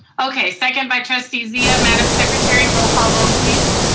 okay, second by trustee zia. madam secretary, roll call vote please.